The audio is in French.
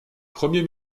premier